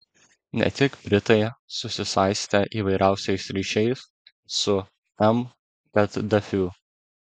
ne tik britai susisaistė įvairiausiais ryšiais su m gaddafiu